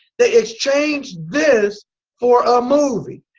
they exchange this for a movie.